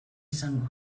izango